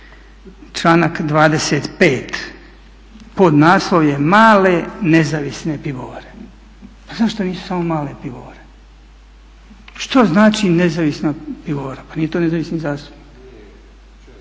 članak 25. podnaslov je male nezavisne pivovare, pa zašto nisu samo male pivovare? Što znači nezavisna pivovara? Pa nije to nezavisni zastupnik.